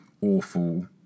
awful